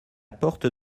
porte